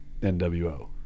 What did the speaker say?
NWO